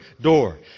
door